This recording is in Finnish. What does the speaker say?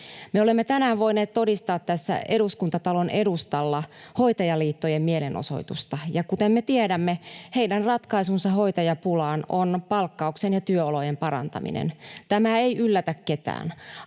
Me olemme tänään voineet todistaa tässä Eduskuntatalon edustalla hoitajaliittojen mielenosoitusta, ja kuten tiedämme, heidän ratkaisunsa hoitajapulaan on palkkauksen ja työolojen parantaminen — tämä ei yllätä ketään.